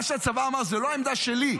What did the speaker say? מה שהצבא אמר הוא לא עמדה שלי,